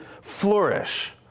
flourish